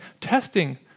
testing